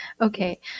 Okay